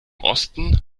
osten